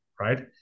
right